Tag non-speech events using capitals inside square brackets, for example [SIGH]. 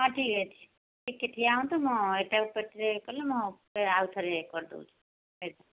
ହଁ ଠିକ ଅଛି ଟିକେ ଠିଆ ହୁଅନ୍ତୁ ମୁଁ ଏଇଟା [UNINTELLIGIBLE] କଲେ ମୁଁ ଆଉ ଥରେ କରି ଦେଉଛି ଆଜ୍ଞା